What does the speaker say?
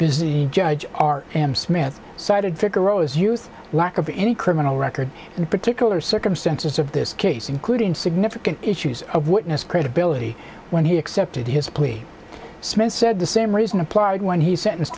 the judge are and smith cited figaro's youth lack of any criminal record and particular circumstances of this case including significant issues of witness credibility when he accepted his plea smith said the same reason applied when he sentence